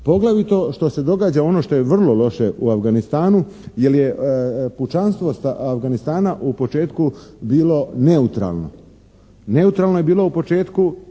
poglavito što se događa ono što je vrlo loše u Afganistanu jer je pučanstvo Afganistana u početku bilo neutralno. Neutralno je bilo u početku